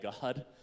God